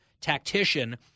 tactician